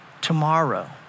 tomorrow